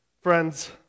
friends